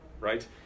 right